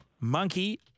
Monkey